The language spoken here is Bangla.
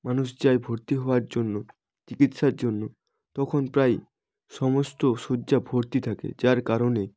মানুষ যায় ভর্তি হওয়ার জন্য চিকিৎসার জন্য তখন প্রায় সমস্ত শয্যা ভর্তি থাকে যার কারণে